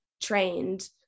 trained